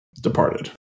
departed